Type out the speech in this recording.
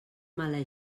mala